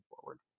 forward